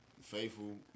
Faithful